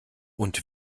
und